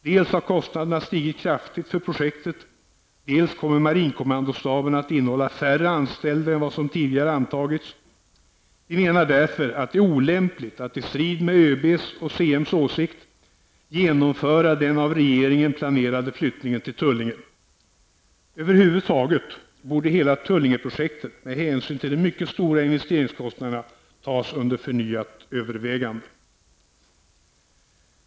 Dels har kostnaderna stigit kraftigt för projektet, dels kommer marinkommandostaben att innehålla färre anställda än vad som tidigare antagits. Vi menar därför att det är olämpligt att i strid med ÖBs och CMs åsikt genomföra den av regeringen planerade flyttningen till Tullinge. Över huvud taget borde hela Tullingeprojektet, med hänsyn till de mycket stora investeringskostnaderna, tas under förnyat övervägande.